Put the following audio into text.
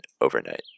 overnight